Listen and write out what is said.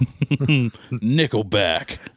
Nickelback